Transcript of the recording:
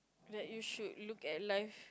that you should look at life